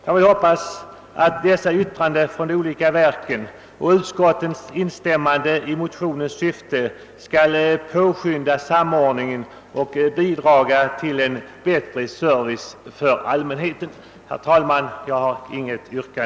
Jag hoppas att dessa yttranden från verken och utskottets instämmande i motionernas syfte skall påskynda samordningen och bidra till en bättre service för allmänheten.